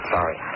Sorry